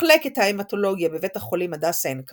מחלקת ההמטולוגיה בבית החולים הדסה עין כרם,